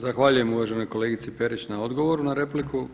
Zahvaljujem uvaženoj kolegici Perić na odgovoru na repliku.